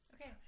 okay